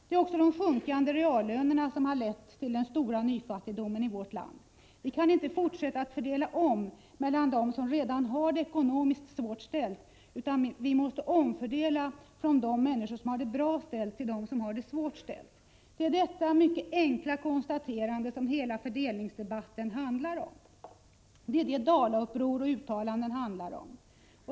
Det är de sjunkande reallönerna som har lett till den stora nyfattigdomen i vårt land. Vi kan inte fortsätta att omfördela mellan dem som redan har det ekonomiskt svårt, utan vi måste omfördela från de människor som har det bra ställt till dem som har det dåligt ställt. Det är detta mycket enkla konstaterande som hela fördelningsdebatten handlar om. Det är detta Dalauppror och uttalanden handlar om.